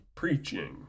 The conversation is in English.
Preaching